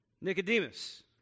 Nicodemus